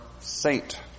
saint